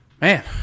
Man